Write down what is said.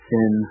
Sin